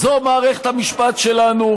זו מערכת המשפט שלנו.